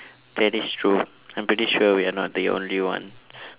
that is true I'm pretty sure we are not the only one